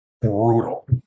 brutal